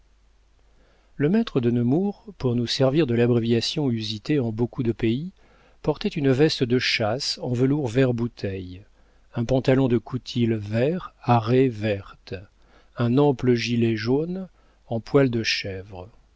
le maître de nemours pour nous servir de l'abréviation usitée en beaucoup de pays portait une veste de chasse en velours vert-bouteille un pantalon de coutil vert à raies vertes un ample gilet jaune en poil de chèvre